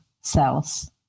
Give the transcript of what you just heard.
cells